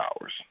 hours